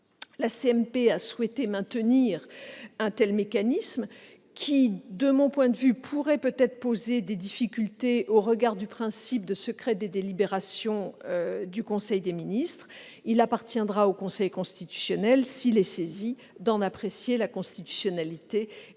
La CMP a souhaité maintenir un tel mécanisme qui, de mon point de vue, pourrait poser des difficultés au regard du principe de secret des délibérations du conseil des ministres. Il appartiendra au Conseil constitutionnel, s'il est saisi, d'en apprécier la constitutionnalité, et